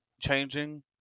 changing